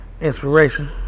inspiration